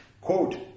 Quote